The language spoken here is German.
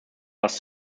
das